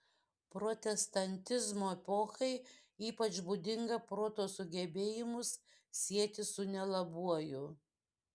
protestantizmo epochai ypač būdinga proto sugebėjimus sieti su nelabuoju